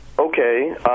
Okay